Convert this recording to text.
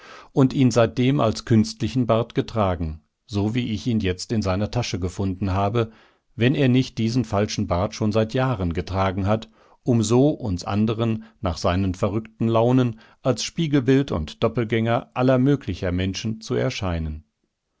und ihn seitdem als künstlichen bart getragen so wie ich ihn jetzt in seiner tasche gefunden habe wenn er nicht diesen falschen bart schon seit jahren getragen hat um so uns anderen nach seinen verrückten launen als spiegelbild und doppelgänger aller möglicher menschen zu erscheinen